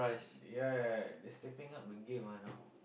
yeah yeah yeah they stepping up the game ah now